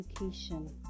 education